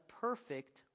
perfect